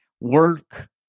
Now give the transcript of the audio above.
work